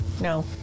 No